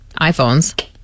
iphones